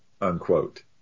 unquote